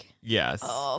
Yes